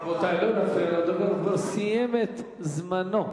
רבותי, לא להפריע לדובר, הוא כבר סיים את זמנו.